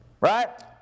right